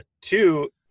two